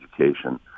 education